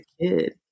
kid